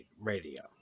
radio